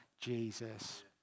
Jesus